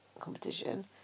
competition